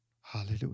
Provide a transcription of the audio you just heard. Hallelujah